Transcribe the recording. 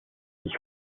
ich